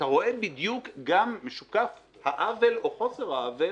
אתה רואה בדיוק, גם משוקף, העוול או חוסר העוול